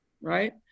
right